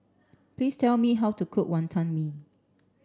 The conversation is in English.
please tell me how to cook Wantan Mee